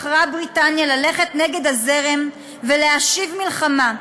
בחרה בריטניה ללכת נגד הזרם ולהשיב מלחמה,